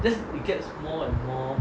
just it gets more and more